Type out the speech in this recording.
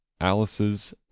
alice's